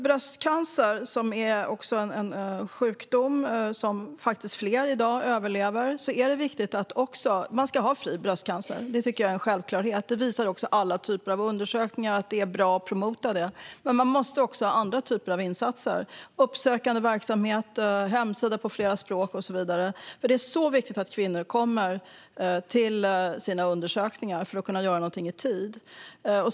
Bröstcancer är en sjukdom som fler överlever i dag. Det ska finnas fri bröstcancerscreening. Det är en självklarhet. Alla typer av undersökningar visar att det är bra att promota screening. Men det måste också finnas andra typer av insatser. Det kan vara uppsökande verksamhet, hemsida på flera språk och så vidare. Det är så viktigt att kvinnor går till sina undersökningar så att det går att agera i tid.